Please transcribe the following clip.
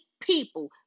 people